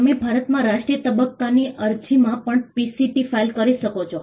તમે ભારતમાં રાષ્ટ્રીય તબક્કાની અરજીમાં પણ પીસીટી ફાઇલ કરી શકો છો